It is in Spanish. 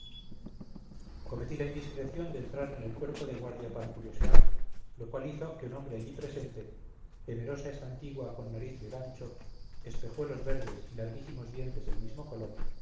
cometí la indiscreción de entrar en el cuerpo de guardia para curiosear lo cual hizo que un hombre allí presente temerosa estantigua con nariz de gancho espejuelos verdes y larguísimos dientes del mismo color